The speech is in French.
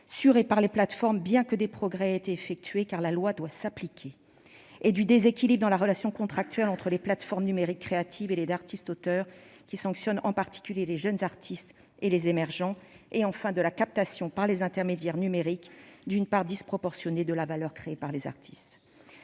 sur et par les plateformes, bien que des progrès aient été effectués, car la loi doit s'appliquer ; du déséquilibre dans la relation contractuelle entre les plateformes numériques créatives et les artistes-auteurs, sanctionnant en particulier les jeunes artistes et les émergents ; et enfin de la captation, par les intermédiaires numériques, d'une part disproportionnée de la valeur créée par les artistes.